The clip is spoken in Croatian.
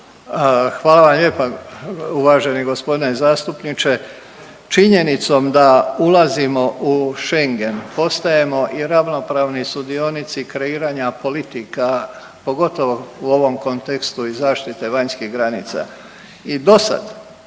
Hvala vam lijepa uvaženi gospodine zastupniče. Činjenicom da ulazimo u Schengen postajemo i ravnopravni sudionici kreiranja politika pogotovo u ovom kontekstu i zaštite vanjskih granica. I do sad